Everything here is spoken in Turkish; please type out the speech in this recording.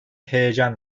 heyecan